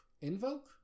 invoke